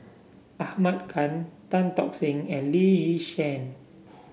Ahmad Khan Tan Tock Seng and Lee Yi Shyan